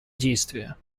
действие